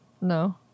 No